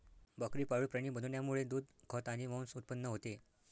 बकरी पाळीव प्राणी बनवण्यामुळे दूध, खत आणि मांस उत्पन्न होते